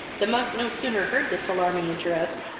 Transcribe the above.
the monk no sooner heard this alarming address,